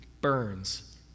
burns